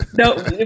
No